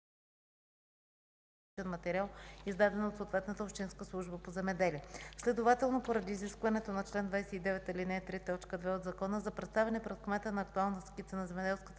материал, издадена от съответната общинска служба по земеделие. Следователно, поради изискването на чл. 29, ал. 3, т. 2 от Закона, за представяне пред кмета на актуална скица на земеделската